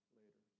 later